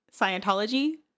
Scientology